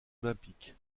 olympique